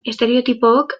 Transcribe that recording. estereotipook